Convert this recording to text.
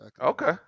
Okay